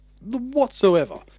whatsoever